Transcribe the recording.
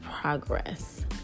progress